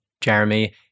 Jeremy